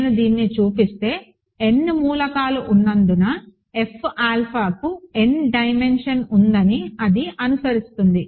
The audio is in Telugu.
నేను దీన్ని చూపిస్తే n మూలకాలు ఉన్నందున F ఆల్ఫాకు n డైమెన్షన్ ఉందని అది అనుసరిస్తుంది